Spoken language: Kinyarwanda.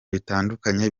bitandukanye